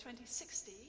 2060